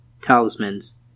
talismans